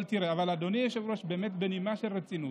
אבל תראה, אדוני היושב-ראש, באמת בנימה של רצינות,